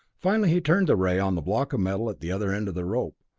finally he turned the ray on the block of metal at the other end of the rope.